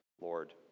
Lord